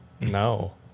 No